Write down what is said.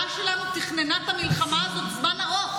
שלנו תכננה את המלחמה הזאת זמן ארוך,